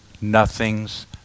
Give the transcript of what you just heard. Nothing's